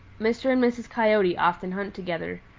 mr. and mrs. coyote often hunt together.